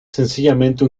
sencillamente